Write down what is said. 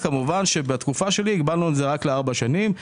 כמובן, בתקופה שלי הגבלנו את זה רק לארבע שנים.